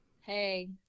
hey